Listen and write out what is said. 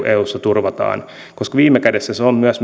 eussa turvataan koska viime kädessä se on myös